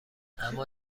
اما